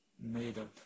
made-up